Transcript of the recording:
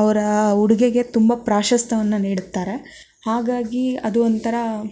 ಅವರ ಉಡುಗೆಗೆ ತುಂಬ ಪ್ರಾಶಸ್ತ್ಯವನ್ನ ನೀಡುತ್ತಾರೆ ಹಾಗಾಗಿ ಅದು ಒಂಥರ